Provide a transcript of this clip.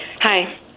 Hi